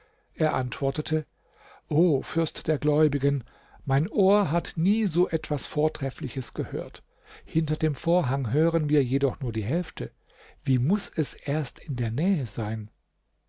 er antwortete o fürst der gläubigen mein ohr hat nie so etwas vortreffliches gehört hinter dem vorhang hören wir jedoch nur die hälfte wie muß es erst in der nähe sein